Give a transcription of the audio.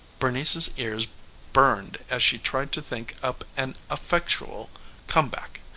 bernice's ears burned as she tried to think up an effectual come-back.